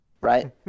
right